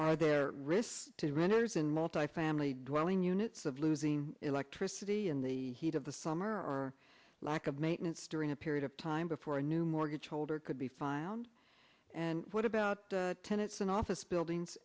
are there risks to renters in multifamily dwelling units of losing electricity in the heat of the summer or lack of maintenance during a period of time before a new mortgage holder could be filed and what about ten it's an office buildings